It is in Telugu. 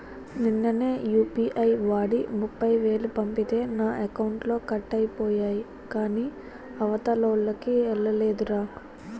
నిన్ననే యూ.పి.ఐ వాడి ముప్ఫైవేలు పంపితే నా అకౌంట్లో కట్ అయిపోయాయి కాని అవతలోల్లకి ఎల్లలేదురా